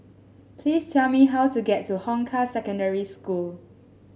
please tell me how to get to Hong Kah Secondary School